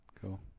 Cool